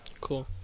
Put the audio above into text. Cool